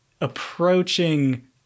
approaching